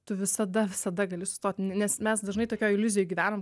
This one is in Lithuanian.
tu visada visada gali sustoti nes mes dažnai tokioj iliuzijoj gyvenam